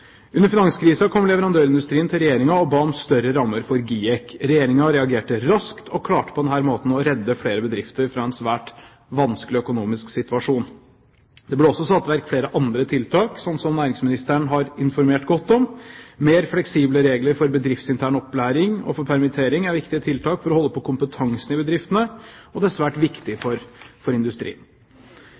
Under finanskrisen kom leverandørindustrien til Regjeringen og ba om større rammer for GIEK. Regjeringen reagerte raskt og klarte på den måten å redde flere bedrifter fra en svært vanskelig økonomisk situasjon. Det ble også satt i verk flere andre tiltak, som næringsministeren har informert godt om. Mer fleksible regler for bedriftsintern opplæring og for permittering er viktige tiltak for å holde på kompetansen i bedriftene, og det er svært viktig for industrien. I en situasjon med overkapasitet er det også viktig å vurdere behovet for